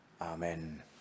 Amen